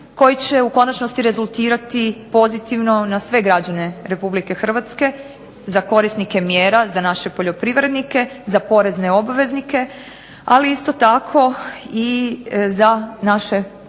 koji će u konačnosti rezultirati pozitivno na sve građane Republike Hrvatske, za korisnike mjera, za naše poljoprivrednike, za porezne obveznike, ali isto tako i za naše potrošače